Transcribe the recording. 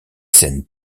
scènes